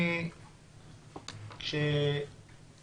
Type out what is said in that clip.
כאשר